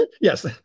Yes